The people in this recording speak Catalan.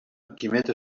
quimet